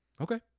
okay